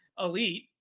elite